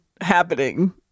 happening